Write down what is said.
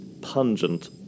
pungent